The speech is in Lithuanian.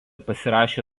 pasirašė